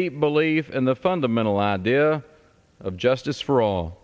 the belief in the fundamental idea of justice for all